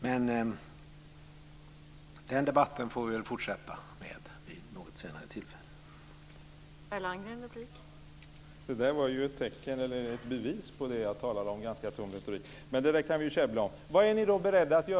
Men den debatten får vi väl fortsätta vid något senare tillfälle.